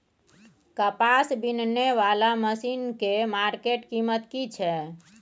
कपास बीनने वाला मसीन के मार्केट कीमत की छै?